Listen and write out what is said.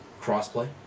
Crossplay